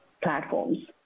platforms